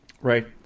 Right